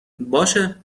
باشه